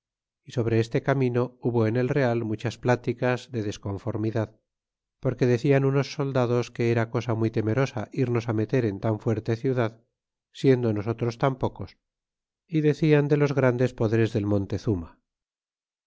y sobre este camino hubo en el real muchas pláticas de desconformidad porque decian unos soldados que era cosa muy temerosa irnos meter en tan fuerte ciudad siendo nosotros tan pocos y decian los grandes poderes del montezuma